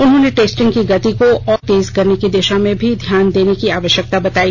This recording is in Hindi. उन्होंने टेस्टिंग की गति को और तेज करने की दिशा में भी ध्यान देने की आवश्यकता बताई